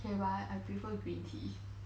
okay but I prefer green tea